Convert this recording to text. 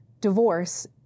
Divorce